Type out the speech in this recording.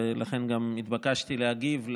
ולכן גם התבקשתי להגיב,